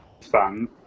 fun